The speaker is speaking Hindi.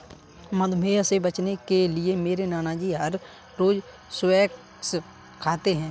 मधुमेह से बचने के लिए मेरे नानाजी हर रोज स्क्वैश खाते हैं